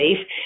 safe